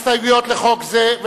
אין הסתייגויות לחוק זה,